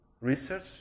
research